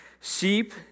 sheep